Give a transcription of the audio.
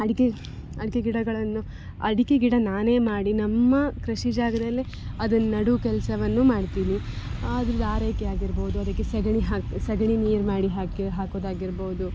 ಅಡಿಕೆ ಅಡಿಕೆ ಗಿಡಗಳನ್ನು ಅಡಿಕೆ ಗಿಡ ನಾನೇ ಮಾಡಿ ನಮ್ಮ ಕೃಷಿ ಜಾಗದಲ್ಲೇ ಅದನ್ನು ನೆಡೋ ಕೆಲಸವನ್ನು ಮಾಡ್ತೀನಿ ಅದ್ರದ್ ಆರೈಕೆ ಆಗಿರ್ಬೋದು ಅದಕ್ಕೆ ಸಗಣಿ ಹಾಕಿ ಸಗಣಿ ನೀರು ಮಾಡಿ ಹಾಕಿ ಹಾಕೋದಾಗಿರ್ಬೋದು